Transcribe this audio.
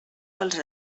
pels